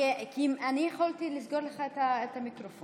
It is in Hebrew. כי יכולתי לסגור לך את המיקרופון